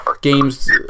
games